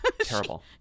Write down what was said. Terrible